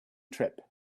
trip